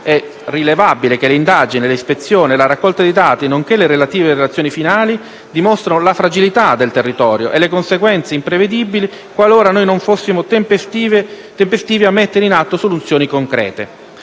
è rilevabile che le indagini, le ispezioni, la raccolta dei dati, nonché le relative relazioni finali dimostrano le fragilità del territorio e le conseguenze imprevedibili qualora noi non fossimo tempestivi a mettere in atto soluzioni concrete.